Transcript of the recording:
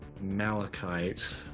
Malachite